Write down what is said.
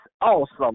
awesome